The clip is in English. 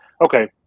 okay